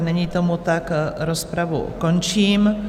Není tomu tak, rozpravu končím.